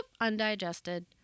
undigested